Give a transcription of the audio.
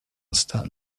start